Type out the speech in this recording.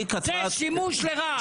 זה שימוש לרעה.